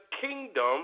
kingdom